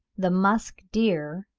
the musk-deer,